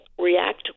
react